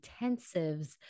intensives